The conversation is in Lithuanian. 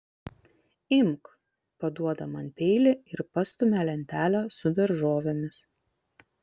imk paduoda man peilį ir pastumia lentelę su daržovėmis